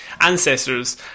ancestors